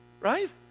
right